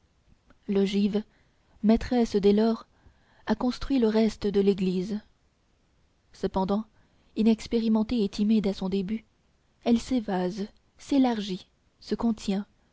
l'ogive maîtresse dès lors a construit le reste de l'église cependant inexpérimentée et timide à son début elle s'évase s'élargit se contient